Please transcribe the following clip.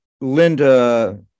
Linda